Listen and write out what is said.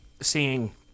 seeing